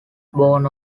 born